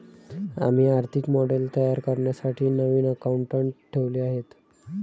आम्ही आर्थिक मॉडेल तयार करण्यासाठी नवीन अकाउंटंट ठेवले आहे